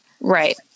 Right